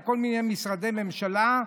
בכל מיני משרדי ממשלה,